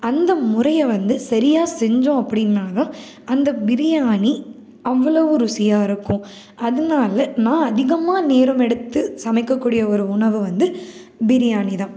அந்த முறையை வந்து சரியா செஞ்சோம் அப்படின்னா தான் அந்த பிரியாணி அவ்வளவு ருசியாக இருக்கும் அதனால நான் அதிகமாக நேரம் எடுத்து சமைக்கக்கூடிய ஒரு உணவு வந்து பிரியாணி தான்